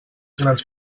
grans